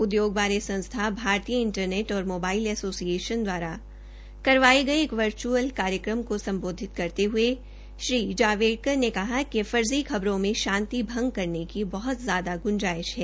उद्ययोग बारे संस्था भारतीय इं रने और मोबाइल एसोसिएशन द्वारा करवाये गये एक वर्च्अल समारोह को सम्बोधित करते हये श्री जावड़ेकर ने कहा कि फर्जी खबरों में शांति भंग की बहत ज्यादा गुजांइश है